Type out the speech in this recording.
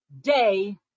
day